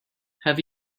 have